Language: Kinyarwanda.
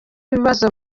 ibibazo